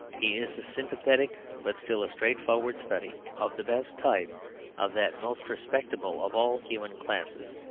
he is a sympathetic but still a straightforward study of the best type of that most respectable of all human classes,